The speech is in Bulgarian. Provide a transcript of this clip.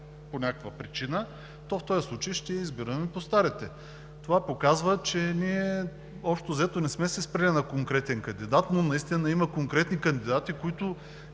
по някаква причина, то в този случай ще избираме по старите. Това показва, че ние общо взето не сме се спрели на конкретен кандидат, но наистина има конкретни кандидати, които